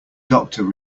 doctor